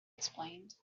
explained